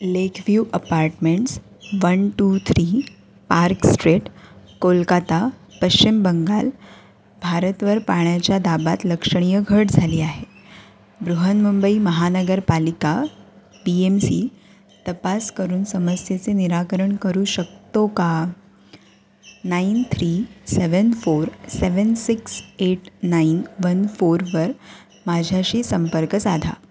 lake view apartments one two three Park Street Kolkata Paschim Bengal भारतवर पाण्याच्या दाबात लक्षणीय घट झाली आहे बृहन्मुंबई महानगरपालिका पीएमसी तपास करून समस्येचे निराकरण करू शकतो का nine three seven four seven six eight nine one फोरवर माझ्याशी संपर्क साधा